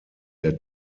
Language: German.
der